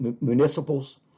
municipals